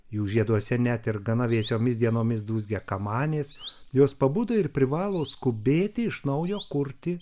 jų žieduose net ir gana vėsiomis dienomis dūzgia kamanės jos pabudo ir privalo skubėti iš naujo kurti